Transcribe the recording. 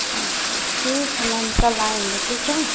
अच्छा ठीक है मैम कल आएँगे ठीक है